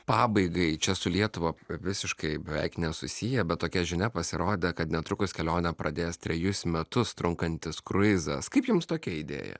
pabaigai čia su lietuva visiškai beveik nesusiję bet tokia žinia pasirodė kad netrukus kelionę pradės trejus metus trunkantis kruizas kaip jums tokia idėja